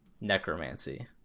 necromancy